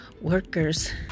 workers